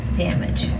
damage